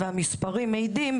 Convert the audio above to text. והמספרים מעידים,